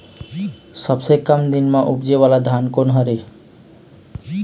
सबसे कम दिन म उपजे वाला धान कोन हर ये?